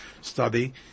study